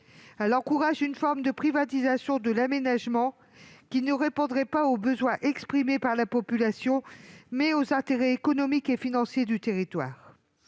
et encourage une forme de privatisation de l'aménagement, qui ne répondrait pas aux besoins exprimés par la population, mais aux intérêts économiques et financiers du territoire.